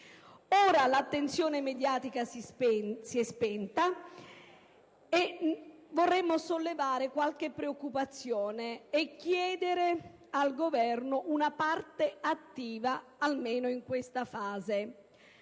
che l'attenzione mediatica si è spenta, vorremmo sollevare qualche preoccupazione e chiedere al Governo una parte attiva almeno in questa fase.